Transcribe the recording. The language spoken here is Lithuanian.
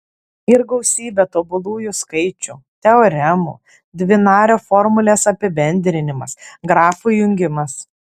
ir gausybė tobulųjų skaičių teoremų dvinario formulės apibendrinimas grafų jungimas